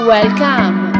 Welcome